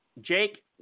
Jake